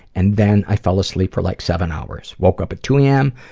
and then i fell asleep for like seven hours, woke up at two am,